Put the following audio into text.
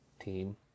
team